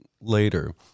later